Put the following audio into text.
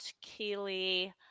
Keely